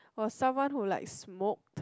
was someone who like smoked